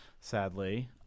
sadly